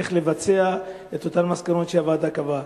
איך לבצע את אותן מסקנות שהוועדה קבעה.